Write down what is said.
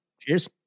Cheers